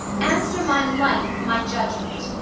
answer my life my judgment,